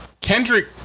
Kendrick